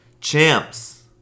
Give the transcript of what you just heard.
champs